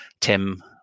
Tim